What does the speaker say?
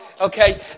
Okay